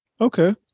Okay